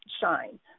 shine